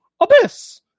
Abyss